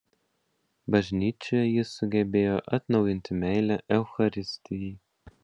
bažnyčioje jis sugebėjo atnaujinti meilę eucharistijai